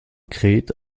kräht